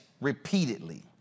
repeatedly